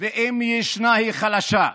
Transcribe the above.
ואם ישנה, היא חלשה.